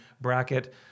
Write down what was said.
bracket